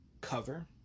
cover